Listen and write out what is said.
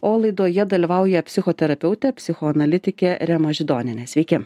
o laidoje dalyvauja psichoterapeutė psichoanalitikė rema židonienė sveiki